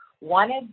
wanted